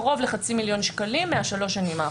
בקרוב לחצי מיליון שקלים משלוש השנים האחרונות.